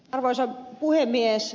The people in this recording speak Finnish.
arvoisa puhemies